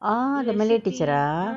orh the malay teacher ah